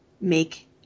make